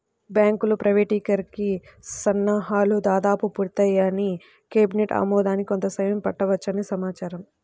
బ్యాంకుల ప్రైవేటీకరణకి సన్నాహాలు దాదాపు పూర్తయ్యాయని, కేబినెట్ ఆమోదానికి కొంత సమయం పట్టవచ్చని సమాచారం